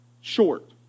short